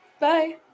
Bye